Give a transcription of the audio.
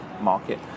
market